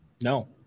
No